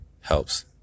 helps